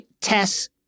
Tess